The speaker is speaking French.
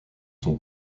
son